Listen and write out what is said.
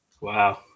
wow